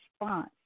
response